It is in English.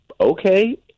okay